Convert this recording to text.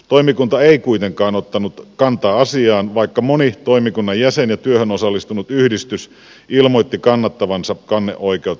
toimikunta ei kuitenkaan ottanut kantaa asiaan vaikka moni toimikunnan jäsen ja työhön osallistunut yhdistys ilmoitti kannattavansa kanneoikeutta